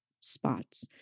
spots